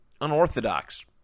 unorthodox